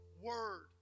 word